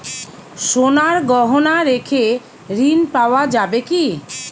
সোনার গহনা রেখে ঋণ পাওয়া যাবে কি?